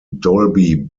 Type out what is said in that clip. dolby